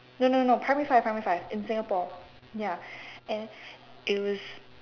no no no primary five primary five in Singapore ya and it was